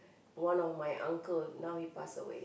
one of my uncle now he pass away